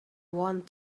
want